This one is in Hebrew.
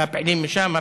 הפעילים משם.